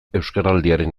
euskaraldiaren